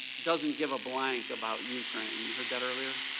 doesn't give a blank about ukraine. you heard that earlier.